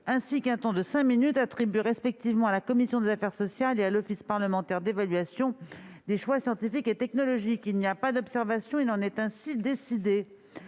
ainsi qu'un temps de parole de cinq minutes attribué respectivement à la commission des affaires sociales et à l'office parlementaire d'évaluation des choix scientifiques et technologiques. Il n'y a pas d'observation ?... Il en est ainsi décidé.